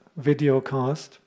videocast